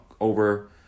over